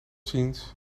ziens